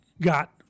got